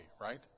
right